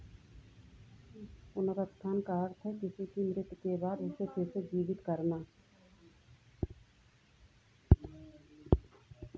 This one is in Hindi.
पुनरुत्थान का अर्थ है किसी की मृत्यु के बाद उसे फिर से जीवित करना